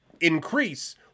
increase